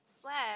slash